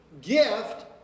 gift